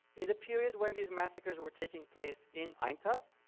in the period when these massacres were taking place in aintab,